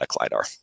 LiDAR